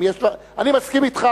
אני מסכים אתך,